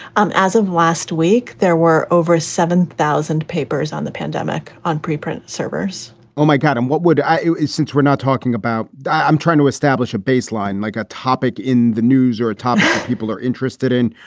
as of last week. there were over seven thousand papers on the pandemic on preprint servers oh, my god. and what would i is since we're not talking about. i'm trying to establish a baseline like a topic in the news or a topic people are interested in.